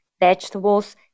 Vegetables